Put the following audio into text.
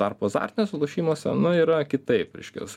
tarpu azartiniuose lošimuose nu yra kitaip reiškias